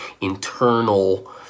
internal